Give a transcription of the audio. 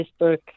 Facebook